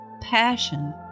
passion